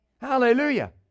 Hallelujah